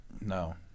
No